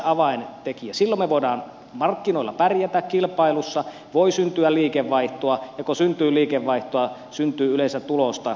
silloin me voimme markkinoilla pärjätä kilpailussa voi syntyä liikevaihtoa ja kun syntyy liikevaihtoa syntyy yleensä tulosta